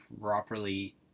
properly